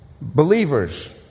believers